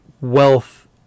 wealth